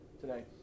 today